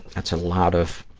that's a lot of,